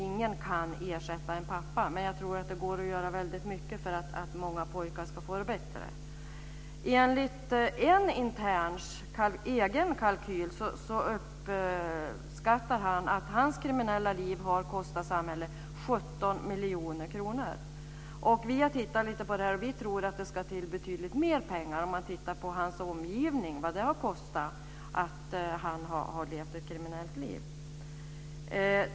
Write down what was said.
Ingen kan ersätta en pappa. Men jag tror att det går att göra väldigt mycket för att många pojkar ska få det bättre. En intern uppskattar enligt en egen kalkyl att hans kriminella liv har kostat samhället 17 miljoner kronor. Vi har tittat lite på det. Vi tror att det ska till betydligt mer pengar om man tittar på vad det har kostat hans omgivning att han har levt ett kriminellt liv.